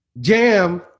Jam